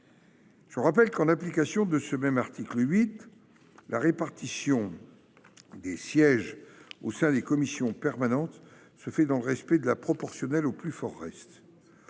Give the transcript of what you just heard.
Je rappelle que, en application de ce même article 8, la répartition des sièges au sein des commissions permanentes se fait dans le respect de la proportionnelle au plus fort reste.